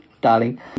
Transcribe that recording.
Darling